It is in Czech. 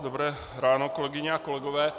Dobré ráno, kolegyně a kolegové.